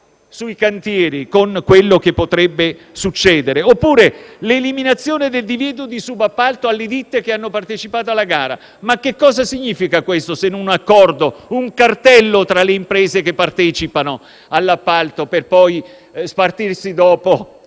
sui cantieri (con quello che potrebbe succedere). Oppure l'eliminazione del divieto di subappalto alle ditte che hanno partecipato alla gara: ma che cosa significa questo se non un accordo, un cartello tra le imprese che partecipano all'appalto per poi spartirsi